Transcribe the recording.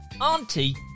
Auntie